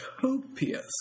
Copious